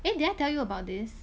eh did I tell you about this